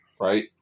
right